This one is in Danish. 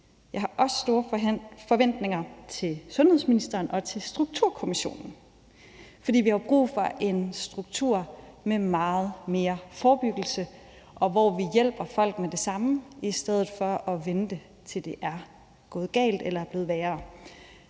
Jeg har også store forventninger til sundhedsministeren og til strukturkommissionen, for vi har jo brug for en struktur med meget mere forebyggelse, hvor vi hjælper folk med det samme i stedet for at vente, til det er gået galt eller er blevet værre.